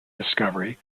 discovery